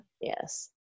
yes